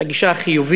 את הגישה החיובית,